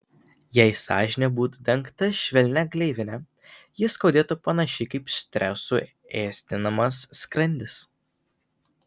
jei sąžinė būtų dengta švelnia gleivine ji skaudėtų panašiai kaip stresų ėsdinamas skrandis